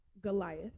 Goliath